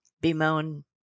bemoan